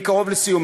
אני קרוב לסיום.